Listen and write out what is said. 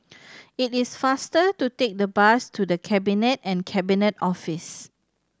it is faster to take the bus to The Cabinet and Cabinet Office